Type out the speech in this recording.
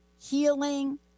healing